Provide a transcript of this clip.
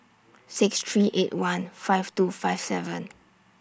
six three eight one five two five seven